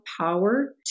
power